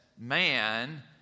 man